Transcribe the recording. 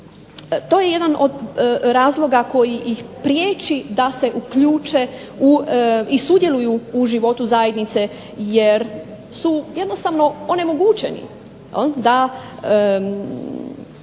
to je jedan od razloga koji ih priječi da se uključe i sudjeluju u životu zajednice jer su jednostavno onemogućeni da